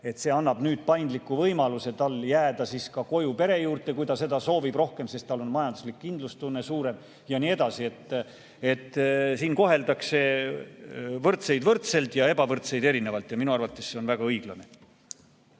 see annab nüüd paindliku võimaluse [vanemal] jääda koju pere juurde, kui ta seda soovib, sest tal on majanduslik kindlustunne suurem ja nii edasi. Siin koheldakse võrdseid võrdselt ja ebavõrdseid erinevalt, ja minu arvates see on väga õiglane.